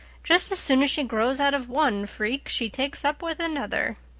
just as soon as she grows out of one freak she takes up with another.